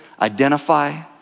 identify